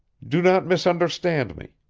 do not misunderstand me.